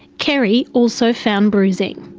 kerry also found bruising.